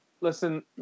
Listen